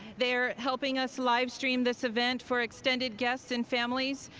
they're helping us live stream this event for extended guests and families,